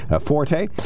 Forte